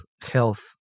health